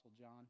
John